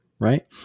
right